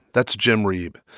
that's jim reeb,